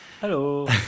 hello